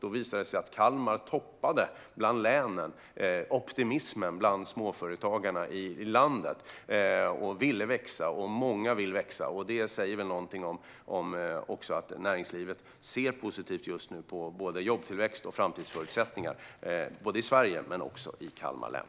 Då visade det sig att Kalmar län låg i topp vad gällde optimismen bland småföretagarna. Många vill växa. Det säger väl någonting om att man i näringslivet just nu ser positivt på både jobbtillväxt och framtidsförutsättningar i Sverige och också i Kalmar län.